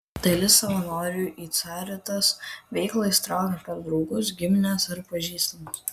dalis savanorių į caritas veiklą įsitraukia per draugus gimines ar pažįstamus